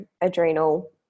adrenal